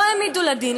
לא העמידו לדין,